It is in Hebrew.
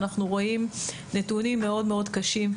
אנחנו רואים נתונים מאוד מאוד קשים,